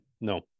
No